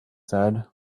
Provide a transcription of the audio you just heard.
said